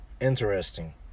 interesting